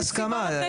הכל תחת הסכמה.